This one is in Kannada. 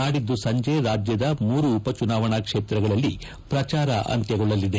ನಾಡಿದ್ದು ಸಂಜೆ ರಾಜ್ಯದ ಮೂರು ಉಪಚುನಾವಣೆ ಕ್ಷೇತ್ರಗಳಲ್ಲಿ ಪ್ರಚಾರ ಅಂತ್ಯಗೊಳ್ಳಲಿದೆ